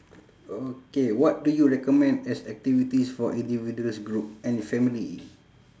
okay what do you recommend as activities for individuals group and family